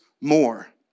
more